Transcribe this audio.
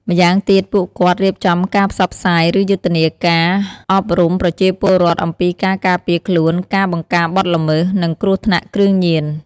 ម្យ៉ាងទៀត ពួកគាត់រៀបចំការផ្សព្វផ្សាយ ឬយុទ្ធនាការអប់រំប្រជាពលរដ្ឋអំពីការការពារខ្លួន ការបង្ការបទល្មើស និងគ្រោះថ្នាក់គ្រឿងញៀន។